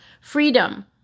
freedom